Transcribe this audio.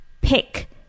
pick